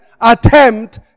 attempt